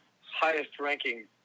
highest-ranking